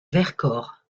vercors